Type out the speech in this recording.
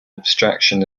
abstraction